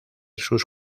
sus